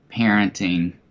parenting